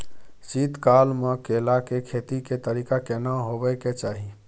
शीत काल म केला के खेती के तरीका केना होबय के चाही?